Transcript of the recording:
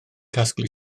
casglu